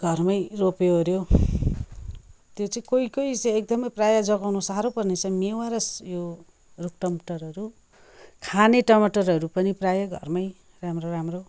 घरमै रोप्योओऱ्यो त्यो चाहिँ कोही कोही चाहिँ एकदमै प्रायः जोगाउन साह्रो पर्ने चाहिँ मेवा र यो रुख टमाटरहरू खाने टमाटरहरू पनि प्रायः घरमै राम्रो राम्रो